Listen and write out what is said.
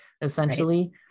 essentially